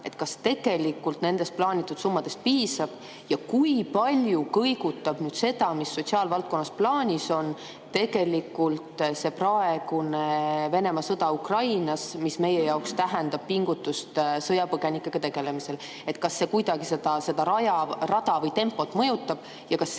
kas tegelikult nendest plaanitud summadest piisab? Ja kui palju kõigutab seda, mis sotsiaalvaldkonnas plaanis on, Venemaa sõda Ukrainas, mis meie jaoks tähendab pingutust sõjapõgenikega tegelemisel? Kas see kuidagi seda rada või tempot mõjutab ja kas seni